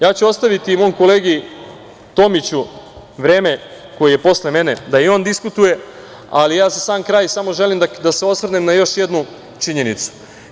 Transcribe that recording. Ja ću ostaviti mom kolegi Tomiću vreme, koji je posle mene, da i on diskutuje, ali ja za sam kraj želim da se osvrnem na još jednu činjenicu.